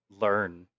learn